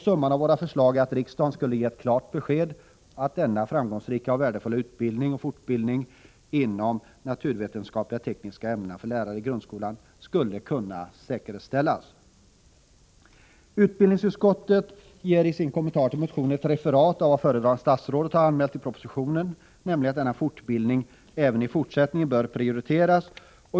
Summan av våra förslag är att riksdagen skulle ge ett klart besked att denna framgångsrika och värdefulla utbildning och fortbildning inom de naturvetenskapliga och tekniska ämnena för lärare i grundskolan skall säkerställas. Utbildningsutskottet ger i sin kommentar till motionen ett referat av vad föredragande statsrådet har anmält i propositionen, nämligen att denna fortbildning även i fortsättningen bör prioriteras.